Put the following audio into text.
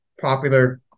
popular